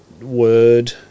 word